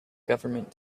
government